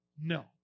No